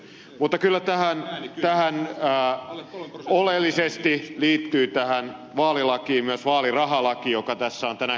mutta kyllä tähän vaalilakiin oleellisesti liittyy myös vaalirahalaki joka tässä on tänään käsittelyssä